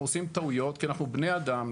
אנחנו עושים טעויות כי אנחנו בני אדם.